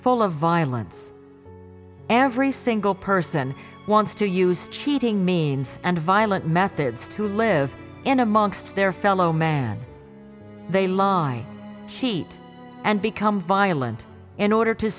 full of violence every single person wants to use cheating means and violent methods to live and amongst their fellow man they lie cheat and become violent in order to